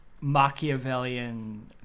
machiavellian